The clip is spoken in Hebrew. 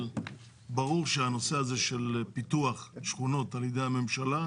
אבל ברור שהנושא הזה של פיתוח שכונות על ידי הממשל,